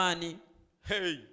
hey